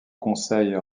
conseil